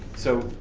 so,